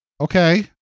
okay